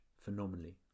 phenomenally